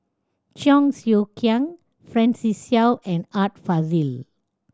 Cheong Siew Keong Francis Seow and Art Fazil